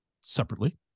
separately